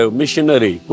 missionary